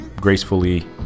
gracefully